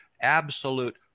absolute